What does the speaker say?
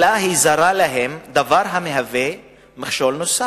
אלא היא זרה להם, דבר המהווה מכשול נוסף,